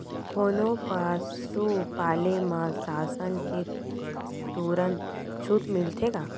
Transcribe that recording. कोनो पसु पाले म शासन ले तुरंत छूट मिलथे का?